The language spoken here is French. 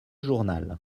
journal